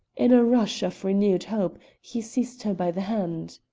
in a rush of renewed hope he seized her by the hand.